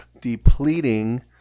depleting